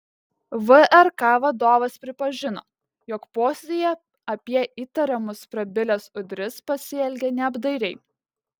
vrk vadovas pripažino jog posėdyje apie įtarimus prabilęs udris pasielgė neapdairiai